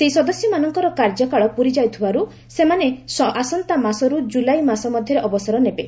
ସେହି ସଦସ୍ୟମାନଙ୍କର କାର୍ଯ୍ୟକାଳ ପୂରିଯାଉଥିବାରୁ ସେମାନେ ଆସନ୍ତା ମାସରୁ ଜୁଲାଇ ମାସ ମଧ୍ୟରେ ଅବସର ନେବେ